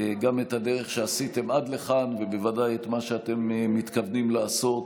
גם את הדרך שעשיתם עד לכאן ובוודאי את מה שאתם מתכוונים לעשות